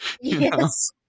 Yes